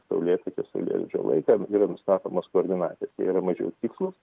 saulėtekio saulėlydžio laiką yra nustatomos koordinatės jie yra mažiau tikslūs